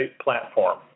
platform